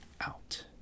out